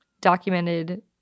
documented